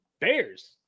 Bears